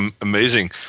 amazing